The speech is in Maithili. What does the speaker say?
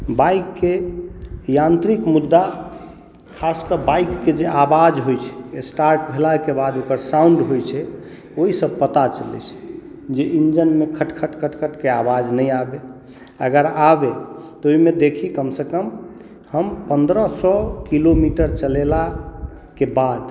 बाइकके यान्त्रिक मुद्दा खासके बाइकके जे आवाज होइ छै स्टार्ट भेलाके बाद ओकर साउन्ड होइ छै ओहिसँ पता चलै छै जे इन्जनमे खट खट खट खटके आवाज नहि आबै अगर आबै तऽ ओहिमे देखि कमसँ कम हम पन्द्रह सए किलोमीटर चलेलाके बाद